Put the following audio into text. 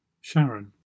Sharon